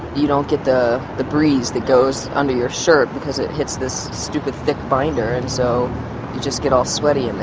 you don't get the the breeze that goes under your shirt because it hits this stupid thick binder and so you just get all sweaty in there.